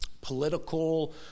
political